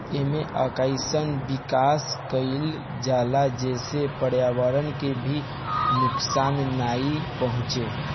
एमे अइसन विकास कईल जाला जेसे पर्यावरण के भी नुकसान नाइ पहुंचे